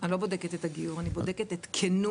אני לא בודקת את הגיור, אני בודקת את כנות